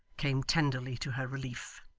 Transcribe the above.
came tenderly to her relief.